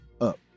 up